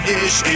ish